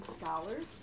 scholars